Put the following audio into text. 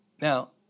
Now